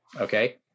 okay